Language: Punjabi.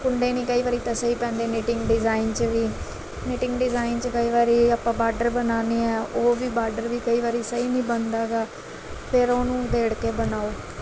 ਕੁੰਡੇ ਨਹੀਂ ਕਈ ਵਾਰੀ ਤਾਂ ਸਹੀ ਪੈਂਦੇ ਨੀਟਿੰਗ ਡਿਜ਼ਾਈਨ 'ਚ ਵੀ ਨੀਟਿੰਗ ਡਿਜਾਇਨ 'ਚ ਕਈ ਵਾਰੀ ਆਪਾਂ ਬਾਰਡਰ ਬਣਾਉਂਦੇ ਹਾਂ ਉਹ ਵੀ ਬਾਰਡਰ ਵੀ ਕਈ ਵਾਰੀ ਸਹੀ ਨਹੀਂ ਬਣਦਾ ਗਾ ਫੇਰ ਉਹਨੂੰ ਉਧੇੜ ਕੇ ਬਣਾਓ